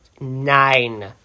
Nine